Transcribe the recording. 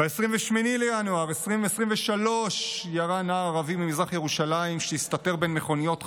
ב-28 בינואר 2023 ירה נער ערבי ממזרח ירושלים,